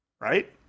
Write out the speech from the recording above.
Right